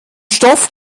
stoff